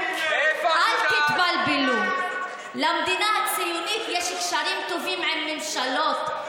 אל תתבלבלו: למדינה הציונית יש קשרים טובים עם ממשלות,